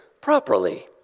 properly